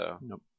Nope